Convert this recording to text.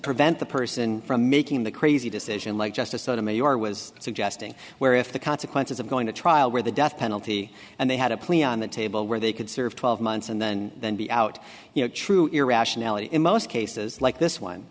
prevent the person from making the crazy decision like justice sotomayor was suggesting where if the consequences of going to trial where the death penalty and they had a plea on the table where they could serve twelve months and then then be out you know true irrationality in most cases like this one